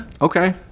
Okay